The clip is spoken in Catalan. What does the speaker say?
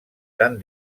tan